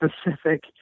specific